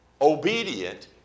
Obedient